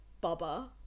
Baba